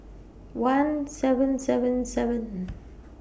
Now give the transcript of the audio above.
one seven seven seven